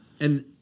And-